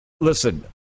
Listen